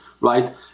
right